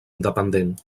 independent